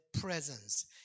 presence